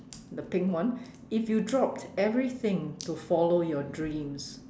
the pink one if you dropped everything to follow your dreams